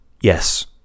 yes